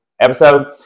episode